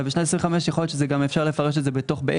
אבל בשנת 2025 גם יכול להיות שזה אפשר לפרש את זה באמצע.